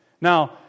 Now